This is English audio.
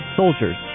soldiers